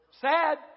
Sad